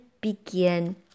begin